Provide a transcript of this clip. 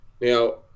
Now